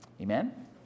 Amen